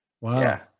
wow